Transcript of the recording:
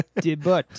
Debut